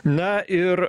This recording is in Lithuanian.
na ir